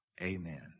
Amen